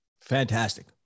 fantastic